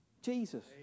Jesus